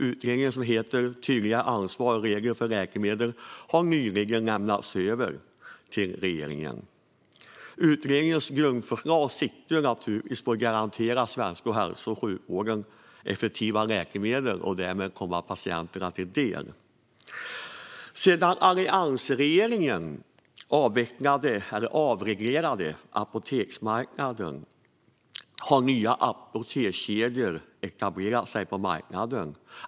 Utredningen, som heter Tydligare ansvar och regler för läkemedel , har nyligen lämnats över till regeringen. Utredningens grundförslag siktar naturligtvis på att garantera den svenska hälso och sjukvården effektiva läkemedel som därmed kommer patienterna till del. Sedan alliansregeringen avreglerade apoteksmarknaden har nya apotekskedjor etablerat sig på marknaden.